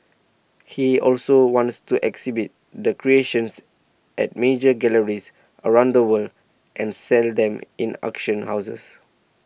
he also wants to exhibit the creations at major galleries around the world and sell them in auction houses